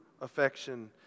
affection